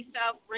South